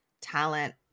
talent